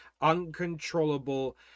uncontrollable